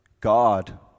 God